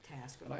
task